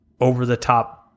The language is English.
over-the-top